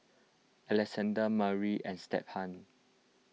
Alexandra Murry and Stephan